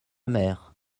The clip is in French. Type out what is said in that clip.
mère